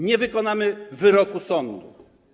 Nie wykonamy wyroku sądu.